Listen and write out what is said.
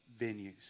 venues